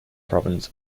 province